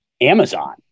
Amazon